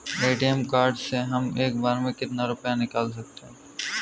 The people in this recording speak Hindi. ए.टी.एम कार्ड से हम एक बार में कितना रुपया निकाल सकते हैं?